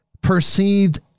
perceived